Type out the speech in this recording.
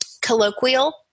colloquial